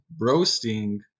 roasting